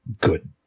good